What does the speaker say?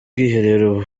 bwiherero